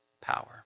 power